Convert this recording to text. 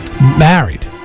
married